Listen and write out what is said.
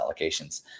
allocations